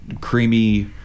creamy